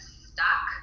stuck